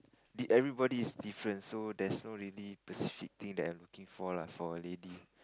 did everybody is different so that's so lady perceptive thing that I'm looking for lah for lady